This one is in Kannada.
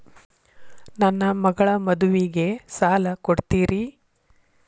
ನನ್ನ ಮಗಳ ಮದುವಿಗೆ ಸಾಲ ಕೊಡ್ತೇರಿ?